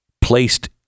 Placed